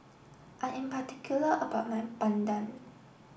I am particular about my Bandung